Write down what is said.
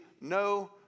no